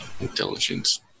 Intelligence